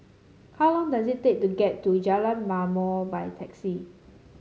how long does it take to get to Jalan Ma'mor by taxi